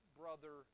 brother